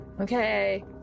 okay